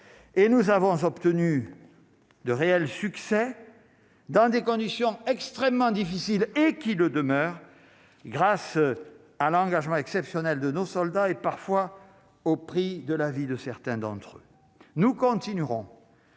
et nous avons obtenu de réels succès dans des conditions extrêmement difficiles et qui le demeure grâce à l'engagement exceptionnel de nos soldats et parfois au prix de l'avis de certains d'entre eux nous continuerons.